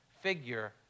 figure